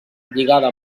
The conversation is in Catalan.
lligada